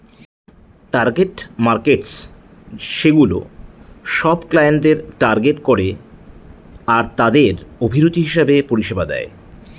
target markets সেগুলা সব ক্লায়েন্টদের টার্গেট করে আরতাদের অভিরুচি হিসেবে পরিষেবা দেয়